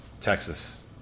Texas